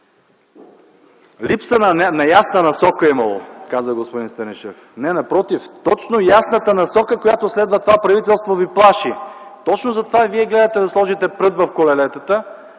Липса на ясна насока е имало, каза господин Станишев. Не, напротив, точно ясната насока, която следва това правителство, Ви плаши. Точно затова Вие гледате да сложите прът в колелетата,